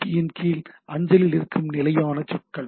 B இன் கீழ் அஞ்சலில் இருக்கும் நிலையான சொற்கள்